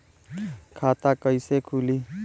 खाता कईसे खुली?